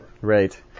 right